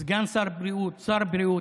סגן שר הבריאות, שר הבריאות.